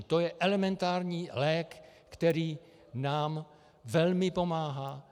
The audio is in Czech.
To je elementární lék, který nám velmi pomáhá.